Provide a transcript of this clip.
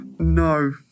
No